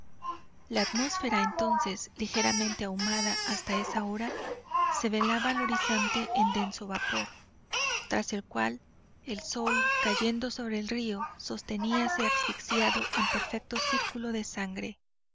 la atmósfera entonces ligeramente ahumada hasta esa hora se velaba al horizonte en denso vapor tras el cual el sol cayendo sobre el río sosteníase asfixiado en perfecto círculo de sangre